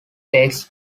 takes